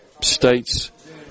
states